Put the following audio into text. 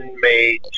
made